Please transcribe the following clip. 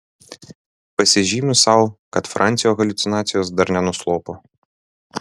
pasižymiu sau kad francio haliucinacijos dar nenuslopo